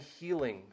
healing